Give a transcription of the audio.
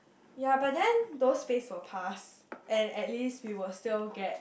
ya but then those phase will pass and at least we will still get